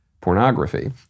pornography